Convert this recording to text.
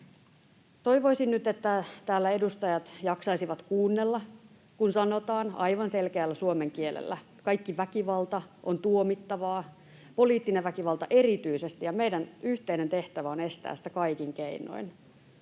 Toivoisin nyt, että täällä edustajat jaksaisivat kuunnella, kun sanotaan aivan selkeällä suomen kielellä: kaikki väkivalta on tuomittavaa, poliittinen väkivalta erityisesti, ja meidän yhteinen tehtävä on estää sitä kaikin keinoin.